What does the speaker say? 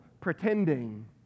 pretending